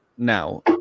now